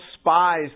spies